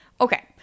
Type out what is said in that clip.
Okay